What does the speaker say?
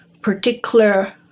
particular